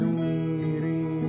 weary